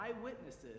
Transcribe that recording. eyewitnesses